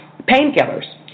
painkillers